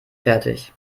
fertig